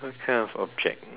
what kind of object